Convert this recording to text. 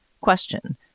question